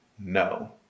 No